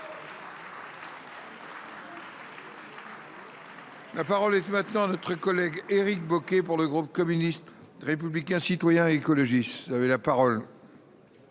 La parole est maintenant notre collègue Éric Bocquet pour le groupe communiste, républicain, citoyen et écologiste avait la parole.